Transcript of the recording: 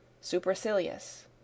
SUPERCILIOUS